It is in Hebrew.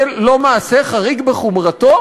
זה לא מעשה חריג בחומרתו?